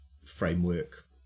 framework